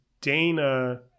Dana